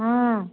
हूँ